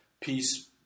Peace